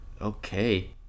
Okay